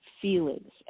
feelings